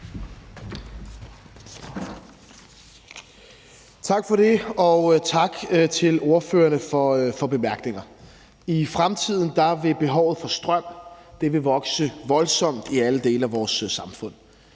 Tak for det, og tak til ordførerne for bemærkningerne. I fremtiden vil behovet for strøm vokse voldsomt i alle dele af vores samfund.